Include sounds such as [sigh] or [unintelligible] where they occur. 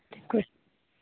[unintelligible]